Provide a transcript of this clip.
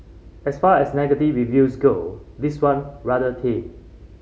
as far as negative reviews go this one rather tame